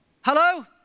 Hello